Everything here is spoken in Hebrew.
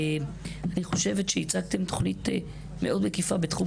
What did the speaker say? אני חושבת שהצגתם תוכנית מאוד מקיפה בתחום